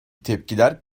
tepkiler